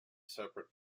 separate